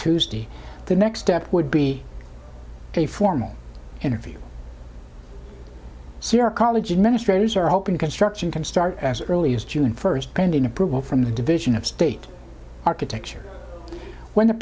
tuesday the next step would be a formal interview c r college administrators are hoping construction can start as early as june first pending approval from the division of state architecture when the